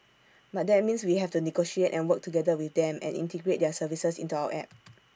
but that means we have to negotiate and work together with them and integrate their services into our app